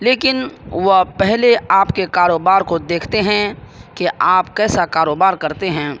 لیکن وہ پہلے آپ کے کاروبار کو دیکھتے ہیں کہ آپ کیسا کاروبار کرتے ہیں